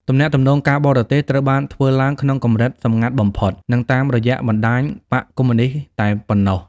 ទំនាក់ទំនងការបរទេសត្រូវបានធ្វើឡើងក្នុងកម្រិតសម្ងាត់បំផុត និងតាមរយៈបណ្ដាញបក្សកុម្មុយនីស្តតែប៉ុណ្ណោះ។